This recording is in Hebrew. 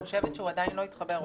אני חושבת שהוא עדיין לא התחבר.